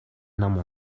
нам